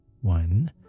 one